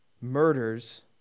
murders